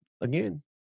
Again